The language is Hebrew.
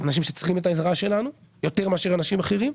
אנשים שצריכים את העזרה שלנו מאשר אנשים אחרים.